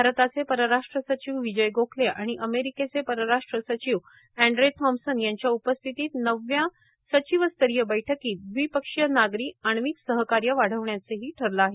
भारताचे परराष्ट्र सचिव विजय गोखले आणि अमेरिकेचे परराष्ट्र सचिव अँड्रे थाँमसन यांच्या उपस्थितीत नवव्या सचिवस्तरीय बैठकीत दविपक्षीय नागरी आण्विक सहकार्य वाढवण्याचंही ठरलं आहे